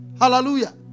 Hallelujah